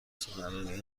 سخنرانی